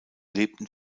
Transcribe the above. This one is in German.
lebten